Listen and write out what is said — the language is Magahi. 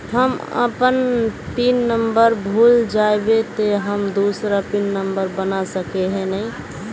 हम अपन पिन नंबर भूल जयबे ते हम दूसरा पिन नंबर बना सके है नय?